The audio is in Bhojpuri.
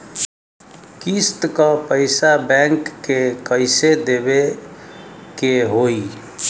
किस्त क पैसा बैंक के कइसे देवे के होई?